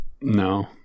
No